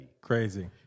Crazy